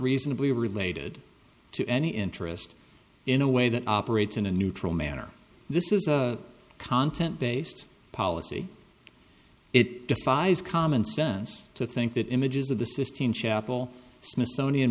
reasonably related to any interest in a way that operates in a neutral manner this is a content based policy it defies common sense to think that images of the sistine chapel smithsonian